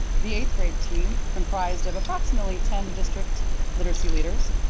the eighth grade team comprised of approximately ten district literacy leaders,